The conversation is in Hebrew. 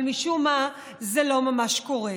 אבל משום מה זה לא ממש קורה.